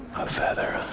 a feather. a